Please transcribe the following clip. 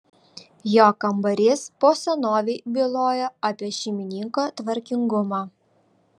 jo kambarys po senovei bylojo apie šeimininko tvarkingumą